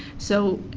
so,